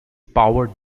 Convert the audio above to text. powered